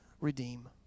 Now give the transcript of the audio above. redeem